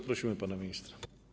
Prosimy pana ministra.